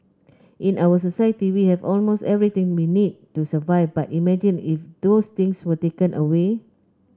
in our society we have almost everything we need to survive but imagine if those things were taken away